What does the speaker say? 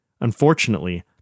Unfortunately